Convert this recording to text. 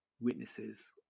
witnesses